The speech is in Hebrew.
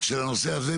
של הנושא הזה,